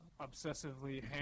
obsessively